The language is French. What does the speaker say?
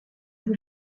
vous